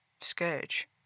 Scourge